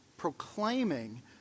proclaiming